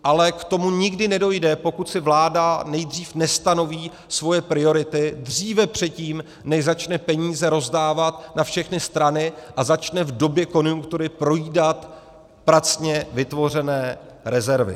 Ale k tomu nikdy nedojde, pokud si vláda nestanoví svoje priority dříve, předtím než začne peníze rozdávat na všechny strany a začne v době konjunktury projídat pracně vytvořené rezervy.